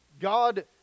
God